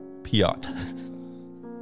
Piot